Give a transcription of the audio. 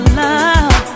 love